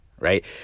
right